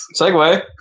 segue